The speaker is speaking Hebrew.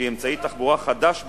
שהיא אמצעי תחבורה חדש בישראל,